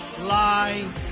lie